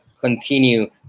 continue